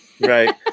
Right